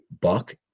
buck